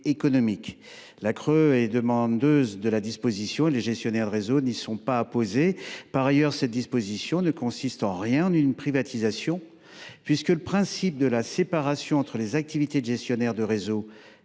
La CRE est demandeuse de la consultation en question et les gestionnaires de réseaux n’y sont pas opposés. Par ailleurs, cette disposition ne consiste en rien en une privatisation, puisque le principe de la séparation entre les activités de gestion de réseaux